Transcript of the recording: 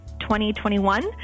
2021